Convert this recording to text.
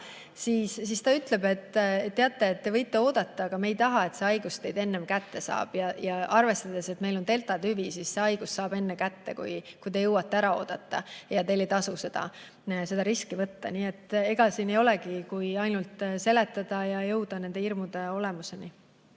siis ta ütleb, et teate, te võite oodata, aga me ei taha, et see haigus teid enne kätte saab. Ja arvestades, et meil on deltatüvi, saab see haigus teid enne kätte, kui te jõuate vaktsiini ära oodata. Teil ei tasu seda riski võtta. Nii et ega siin ei olegi muud, kui ainult seletada ja jõuda nende hirmude olemuseni.